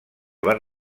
van